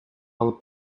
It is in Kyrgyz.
алып